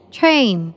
Train